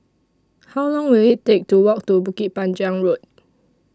How Long Will IT Take to Walk to Bukit Panjang Road